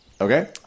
Okay